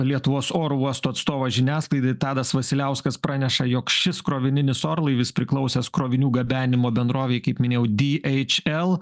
lietuvos oro uosto atstovas žiniasklaidai tadas vasiliauskas praneša jog šis krovininis orlaivis priklausęs krovinių gabenimo bendrovei kaip minėjau di eič el